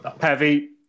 Heavy